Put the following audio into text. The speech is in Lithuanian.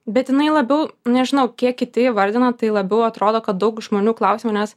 bet jinai labiau nežinau kiek kiti įvardino tai labiau atrodo kad daug žmonių klausia manęs